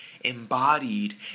embodied